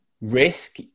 risk